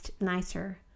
nicer